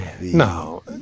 no